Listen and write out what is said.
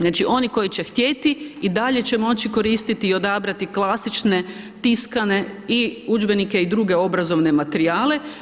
Znači oni koji će htjeti i dalje će moći koristiti i odabrati klasične, tiskane i udžbenike i druge obrazovne materijale.